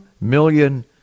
million